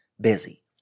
busy